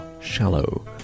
shallow